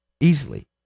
easily